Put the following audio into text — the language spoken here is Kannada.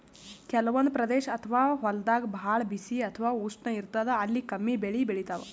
ಕೆಲವಂದ್ ಪ್ರದೇಶ್ ಅಥವಾ ಹೊಲ್ದಾಗ ಭಾಳ್ ಬಿಸಿ ಅಥವಾ ಉಷ್ಣ ಇರ್ತದ್ ಅಲ್ಲಿ ಕಮ್ಮಿ ಬೆಳಿ ಬೆಳಿತಾವ್